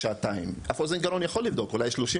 בשנת 2022 היו לי 100 אשפוזי יום בנוירולוגיה אצלי,